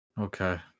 Okay